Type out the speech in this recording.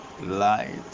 light